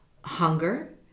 hunger